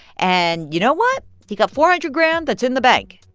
and you know what? you got four hundred grand that's in the bank.